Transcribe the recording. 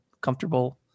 comfortable